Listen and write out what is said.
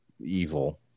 evil